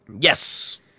Yes